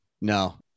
No